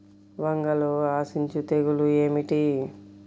వంగలో ఆశించు తెగులు ఏమిటి?